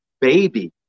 baby